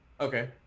Okay